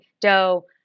dough